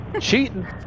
Cheating